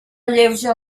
alleuja